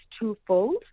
twofold